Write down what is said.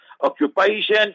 Occupation